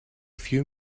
few